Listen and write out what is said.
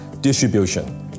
distribution